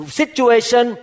situation